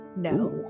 no